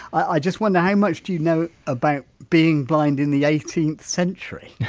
i just wonder how much do you know about being blind in the eighteenth century?